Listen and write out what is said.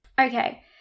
Okay